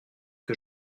que